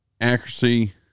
accuracy